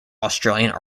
australian